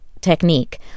technique